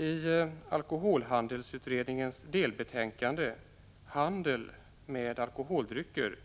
I alkoholhandelsutredningens delbetänkande Handel med alkoholdrycker,